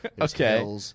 Okay